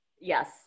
Yes